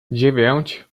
dziewięć